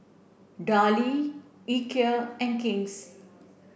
Darlie Ikea and King's